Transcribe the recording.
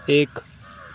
ایک